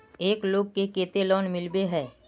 एक लोग को केते लोन मिले है?